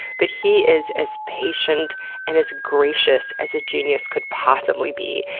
but he is as patient and as gracious as a genius could possibly be.